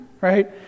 right